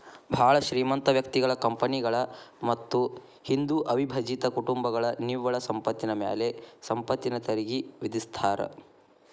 ಭಾಳ್ ಶ್ರೇಮಂತ ವ್ಯಕ್ತಿಗಳ ಕಂಪನಿಗಳ ಮತ್ತ ಹಿಂದೂ ಅವಿಭಜಿತ ಕುಟುಂಬಗಳ ನಿವ್ವಳ ಸಂಪತ್ತಿನ ಮ್ಯಾಲೆ ಸಂಪತ್ತಿನ ತೆರಿಗಿ ವಿಧಿಸ್ತಾರಾ